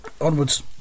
onwards